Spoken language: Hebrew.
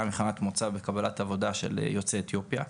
מבחינת מוצא וקבלת עבודה של יצואי אתיופיה.